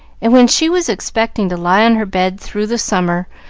and when she was expecting to lie on her bed through the summer,